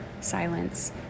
silence